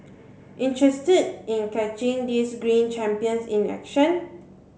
interested in catching these green champions in action